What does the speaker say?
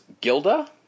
Gilda